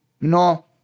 No